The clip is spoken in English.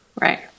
Right